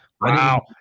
Wow